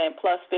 plus